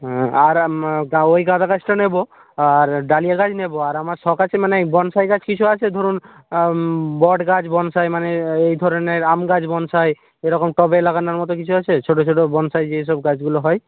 হ্যাঁ আর ওই গাঁদা গাছটা নেব আর ডালিয়া গাছ নেব আর আমার শখ আছে মানে এই বনসাই গাছ কিছু আছে ধরুন বট গাছ বনসাই মানে এই ধরনের আম গাছ বনসাই এরকম টবে লাগানোর মতো কিছু আছে ছোটো ছোটো বনসাই যেই সব গাছগুলো হয়